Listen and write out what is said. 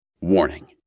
Warning